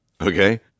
Okay